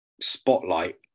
spotlight